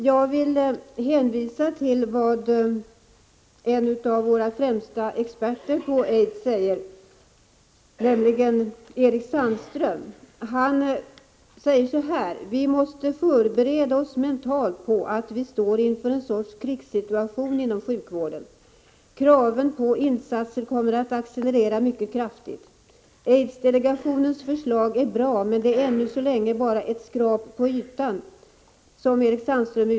Jag vill hänvisa till vad en av våra främsta experter på aids, nämligen Eric Sandström, säger: ”Vi måste förbereda oss mentalt på att vi står inför en sorts krigssituation inom sjukvården. Kraven på insatser kommer att accelerera mycket kraftigt Aids-delegationens förslag är bra, men de är ännu så länge bara ”ett skrap på ytan” —-—--.